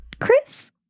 Chris